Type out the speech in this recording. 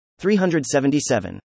377